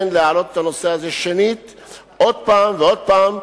אני מתכוון להעלות את הנושא הזה עוד פעם ועוד פעם,